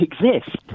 exist